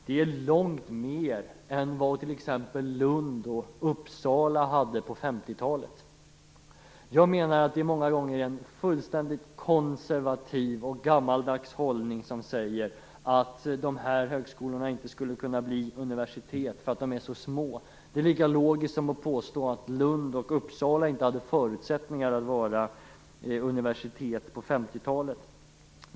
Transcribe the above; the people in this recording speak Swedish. Det är långt mer än vad t.ex. Lund och Uppsala hade på 50 talet. Jag menar att det många gånger är en fullständigt konservativ och gammaldags hållning som säger att dessa högskolor inte skulle kunna bli universitet för att de är så små. Det är lika logiskt som att påstå att Lund och Uppsala inte hade förutsättningar att vara universitet på 50-talet.